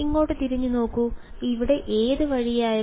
ഇങ്ങോട്ട് തിരിഞ്ഞു നോക്കൂ ഇവിടെ ഏത് വഴിയായിരുന്നു